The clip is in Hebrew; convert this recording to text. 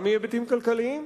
גם מהיבטים כלכליים.